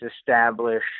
establish